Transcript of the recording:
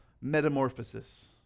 metamorphosis